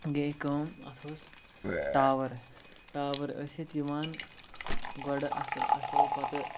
گٔے کٲم اَتھ ٲسۍ ٹاوَر ٹاوَر ٲسۍ یَتھ یِوان گۄڈٕ اَصٕل اَصٕل پَتہٕ